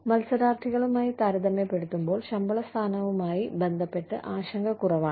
മത്സരാർത്ഥികളുമായി താരതമ്യപ്പെടുത്തുമ്പോൾ ശമ്പള സ്ഥാനവുമായി ബന്ധപ്പെട്ട് ആശങ്ക കുറവാണ്